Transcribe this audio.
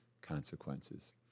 consequences